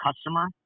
customer